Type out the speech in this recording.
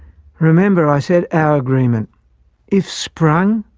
remember, i said, our agreement if sprung,